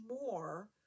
more